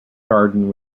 garden